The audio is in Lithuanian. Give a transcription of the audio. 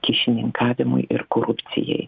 kyšininkavimui ir korupcijai